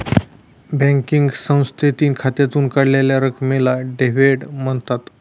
banking संस्थेतील खात्यातून काढलेल्या रकमेला डेव्हिड म्हणतात